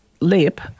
lip